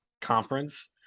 conference